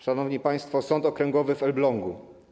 Szanowni państwo, Sąd Okręgowy w Elblągu.